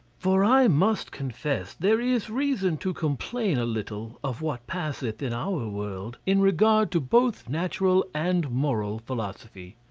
for i must confess there is reason to complain a little of what passeth in our world in regard to both natural and moral philosophy.